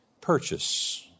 purchase